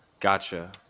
Gotcha